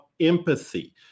empathy